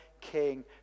King